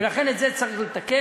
ולכן, את זה צריך לתקן.